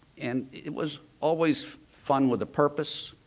and it was always fun with a purpose.